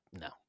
No